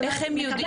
איך הם יודעים?